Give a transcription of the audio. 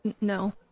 No